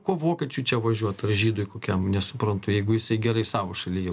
ko vokiečiui čia važiuot ar žydui kokiam nesuprantu jeigu jisai gerai savo šaly